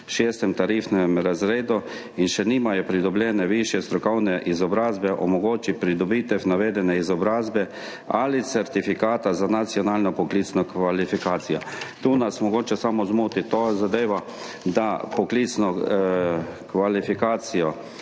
v VI. tarifnem razredu in še nimajo pridobljene višje strokovne izobrazbe, omogoči pridobitev navedene izobrazbe ali certifikata za nacionalno poklicno kvalifikacijo [policist].« Tu nas mogoče zmoti samo zadeva glede poklicne kvalifikacije.